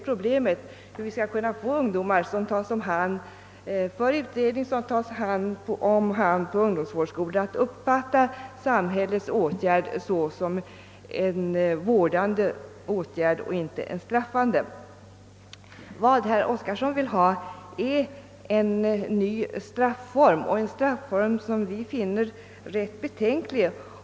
Problemet är hur vi skall kunna få ungdomar som tas om hand för utredning och som tas om hand på ungdomsvårdsskola att uppfatta samhällets åtgärd såsom en vårdande åtgärd och inte en straffande. Vad herr Oskarson vill ha är en ny strafform som vi finner ganska betänklig.